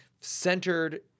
centered